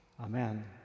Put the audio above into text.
Amen